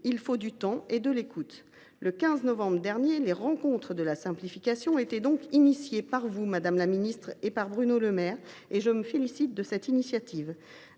il faut du temps et de l’écoute. Le 15 novembre dernier, les Rencontres de la simplification étaient lancées par vous, madame la ministre, et par Bruno Le Maire. Je me félicite de cette initiative.